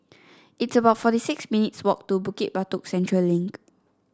it's about forty six minutes' walk to Bukit Batok Central Link